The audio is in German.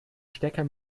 stecker